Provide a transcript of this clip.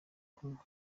kumuha